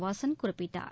வாசன் குறிப்பிட்டார்